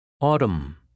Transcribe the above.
Autumn